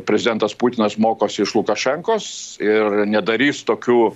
prezidentas putinas mokosi iš lukašenkos ir nedarys tokių